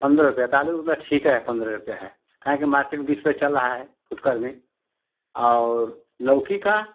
पन्द्रह रुपये तो आलू मतलब ठीक है पन्द्रह रुपये है काहे कि मार्केट में बीस रुपये चल रहा है फुटकर में और लौकी का